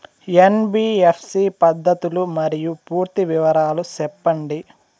NBFC పద్ధతులు మరియు పూర్తి వివరాలు సెప్పండి?